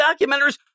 documentaries